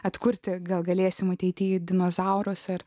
atkurti gal galėsime ateityje į dinozaurus ar